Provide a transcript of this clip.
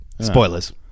Spoilers